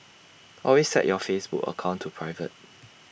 always set your Facebook account to private